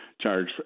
charge